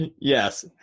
Yes